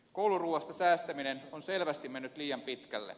kouluruuasta säästäminen on selvästi mennyt liian pitkälle